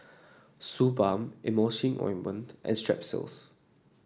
Suu Balm Emulsying Ointment and Strepsils